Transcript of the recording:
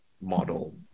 model